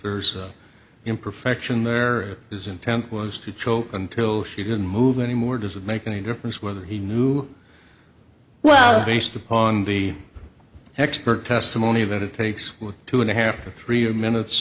there's imperfection there is intent was to choke until she can move any more does it make any difference whether he knew well based upon the expert testimony that it takes two and a half or three minutes